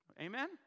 Amen